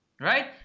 Right